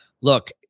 look